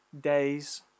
days